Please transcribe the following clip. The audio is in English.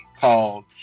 called